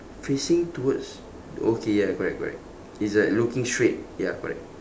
facing towards okay ya correct correct it's like looking straight ya correct